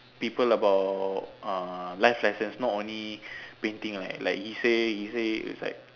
people about uh life lessons not only painting like like he say he say it's like